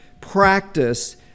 practice